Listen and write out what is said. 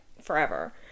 forever